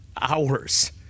hours